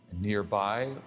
Nearby